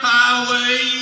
Highway